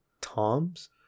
Tom's